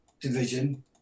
division